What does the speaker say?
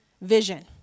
vision